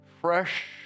Fresh